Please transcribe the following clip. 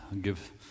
give